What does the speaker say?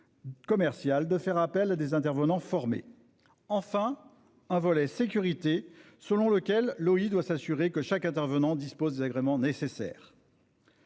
commerciaux de faire appel à des intervenants formés ; enfin, un volet sécurité, selon lequel l'OI doit s'assurer que chaque intervenant dispose des agréments nécessaires.